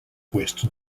western